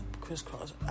crisscross